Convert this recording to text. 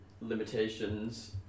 limitations